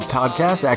podcast